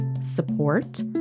support